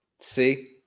See